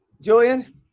Julian